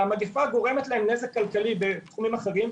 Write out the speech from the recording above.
המגפה גורמת להם נזק כלכלי בתחומים אחרים,